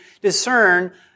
discern